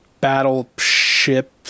battleship